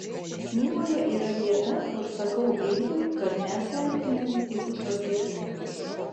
knygoje yra vieta kur sakau ignui kad mes vertinami tik už pasiekimus